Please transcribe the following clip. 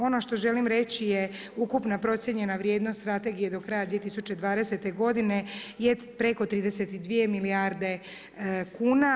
Ono što želim reći je ukupna procijenjena vrijednost strategije do kraja 2020. godine je preko 32 milijarde kuna.